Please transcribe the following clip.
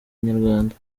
inyarwanda